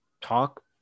talk